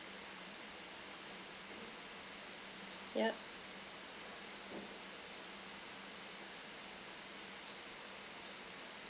yup